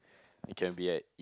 it can be at